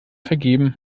vergeben